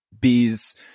Bees